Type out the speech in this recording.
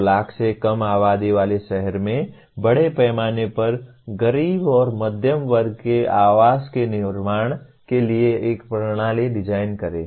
2 लाख से कम आबादी वाले शहर में बड़े पैमाने पर गरीब और मध्यम वर्ग के आवास के निर्माण के लिए एक प्रणाली डिजाइन करें